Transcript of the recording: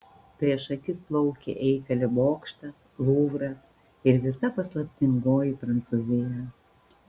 prieš akis plaukė eifelio bokštas luvras ir visa paslaptingoji prancūzija